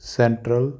central